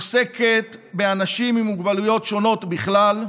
עוסקת באנשים עם מוגבלויות שונות בכלל,